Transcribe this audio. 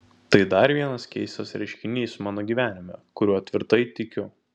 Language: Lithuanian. tai dar vienas keistas reiškinys mano gyvenime kuriuo tvirtai tikiu